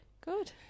Good